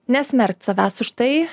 nesmerkt savęs už tai